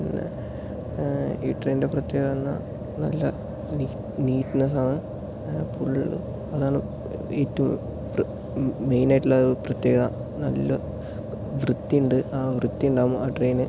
പിന്നെ ഈ ട്രെയിനിൻ്റെ പ്രത്യേകത എന്നാൽ നല്ല നീറ്റ്നെസ്സാണ് ഫുള്ള് അതാണ് ഏറ്റവും മെയിനായിട്ട് ഉള്ള ഒരു പ്രത്യേകത നല്ല വൃത്തി ഉണ്ട് ആ വൃത്തി ഉണ്ടകുമ്പം ആ ട്രെയിൻ